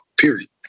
Period